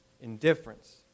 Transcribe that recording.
indifference